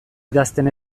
idazten